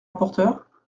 rapporteur